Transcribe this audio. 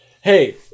Hey